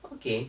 okay